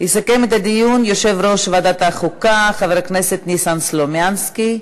יסכם את הדיון יושב-ראש ועדת החוקה חבר הכנסת ניסן סלומינסקי.